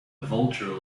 vulture